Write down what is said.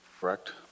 correct